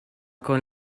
con